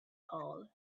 hole